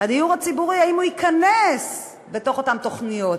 הדיור הציבורי, אם הוא ייכנס בתוך אותן תוכניות.